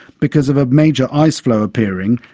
because of a major ice flow appearing,